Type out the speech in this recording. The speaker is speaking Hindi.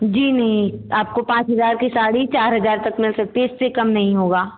जी नहीं आपको पाँच हज़ार की साड़ी चार हज़ार तक मिल सकती इससे कम नहीं होगा